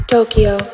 Tokyo